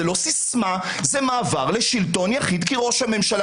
זה לא סיסמה אלא מעבר לשלטון יחיד כי ראש הממשלה